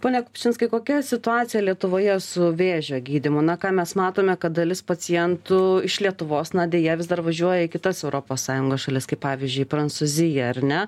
pone kupčinskai kokia situacija lietuvoje su vėžio gydymu na ką mes matome kad dalis pacientų iš lietuvos na deja vis dar važiuoja į kitas europos sąjungos šalis kaip pavyzdžiui prancūziją ar ne